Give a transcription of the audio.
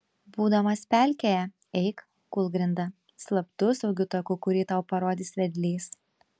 būdamas pelkėje eik kūlgrinda slaptu saugiu taku kurį tau parodys vedlys